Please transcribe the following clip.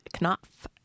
Knopf